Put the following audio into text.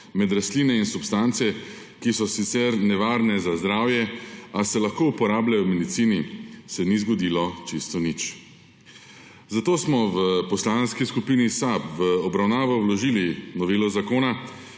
med rastline in substance, ki so sicer nevarne za zdravje, a se lahko uporabljajo v medicini, se ni zgodilo čisto nič. Zato smo v Poslanski skupini SAB v obravnavo vložili novelo zakona,